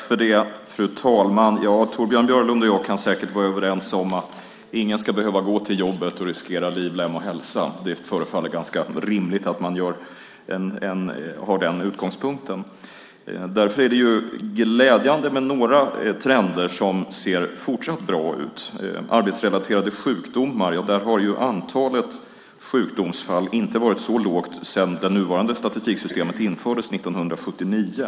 Fru talman! Torbjörn Björlund och jag kan säkert vara överens om att ingen ska behöva gå till jobbet och riskera liv, lem eller hälsa. Det förefaller rimligt att man har den utgångspunkten. Därför är det glädjande med några trender som ser fortsatt bra ut. När det gäller arbetsrelaterade sjukdomar har antalet sjukdomsfall inte varit så lågt sedan det nuvarande statistiksystemet infördes 1979.